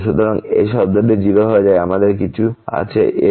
সুতরাং এই শব্দটি 0 হয়ে যায় আমাদের কিছু আছে a